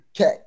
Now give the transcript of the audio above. Okay